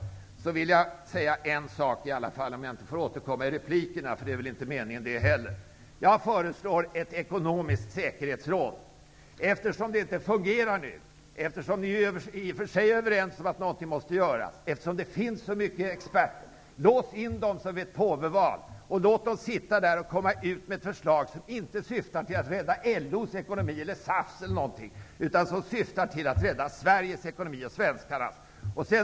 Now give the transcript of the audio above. Jag vill säga en sak till, om jag inte skulle få återkomma i replikerna. Det är väl inte meningen heller. Jag föreslår att ett ekonomiskt säkerhetsråd inrättas. Det hela fungerar inte nu, och vi är i och för sig överens om att något måste göras. Det finns så många experter. Lås in dem, precis som vid ett påveval. Låt dem sitta där tills de sedan kan lägga fram förslag som inte syftar till att rädda LO:s eller SAF:s ekonomi, utan som syftar till att rädda Sveriges och svenskarnas ekonomi.